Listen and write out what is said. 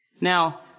Now